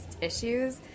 issues